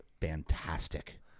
fantastic